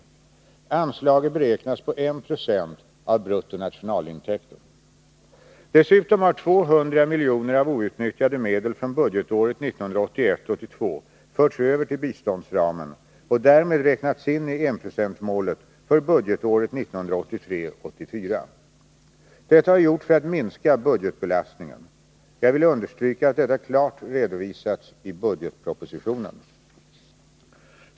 Anslaget beräknas på 196 av bruttonationalintäkten. Dessutom har 200 miljoner av outnyttjade medel från budgetåret 1981 84. Detta har gjorts för att minska budgetbelastningen. Jag vill understryka att detta klart redovisats i budgetpropositionen.